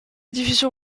division